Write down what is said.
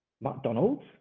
McDonald's